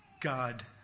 God